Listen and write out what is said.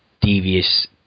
devious